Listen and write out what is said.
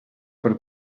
per